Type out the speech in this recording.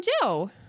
Joe